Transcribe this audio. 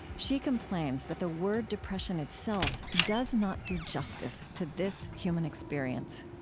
she complains that the word, depression, itself does not do justice to this human experience